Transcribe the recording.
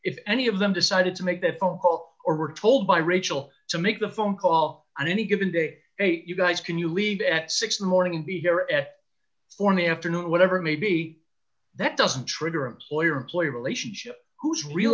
if any of them decided to make the phone call or were told by rachel to make the phone call on any given day eight you guys can you leave at six in the morning be here at four in the afternoon or whatever maybe that doesn't trigger employer employee relationship who's real